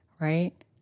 right